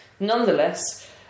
Nonetheless